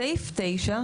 סעיף (9),